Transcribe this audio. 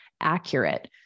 accurate